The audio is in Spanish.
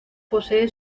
posee